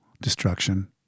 destruction